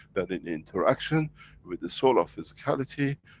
that in interaction with the soul of physicality,